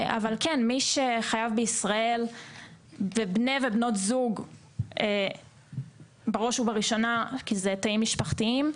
מי שחייו בישראל ובני ובנות זוג בראש ובראשונה כי אלה תאים משפחתיים,